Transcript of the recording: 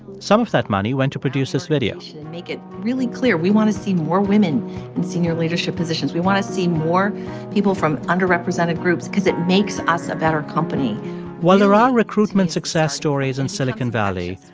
some of that money went to produce this video make it really clear we want to see more women in senior leadership positions. we want to see more people from underrepresented groups because it makes us a better company while there are recruitment success stories in silicon valley,